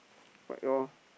fight lor